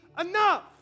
enough